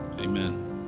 Amen